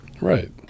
right